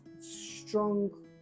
strong